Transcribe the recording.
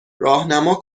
راهنما